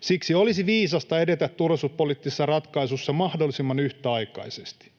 Siksi olisi viisasta edetä turvallisuuspoliittisissa ratkaisuissa mahdollisimman yhtäaikaisesti.